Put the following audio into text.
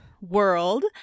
world